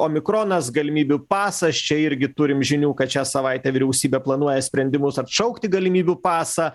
omikronas galimybių pasas čia irgi turim žinių kad šią savaitę vyriausybė planuoja sprendimus atšaukti galimybių pasą